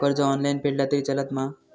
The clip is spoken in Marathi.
कर्ज ऑनलाइन फेडला तरी चलता मा?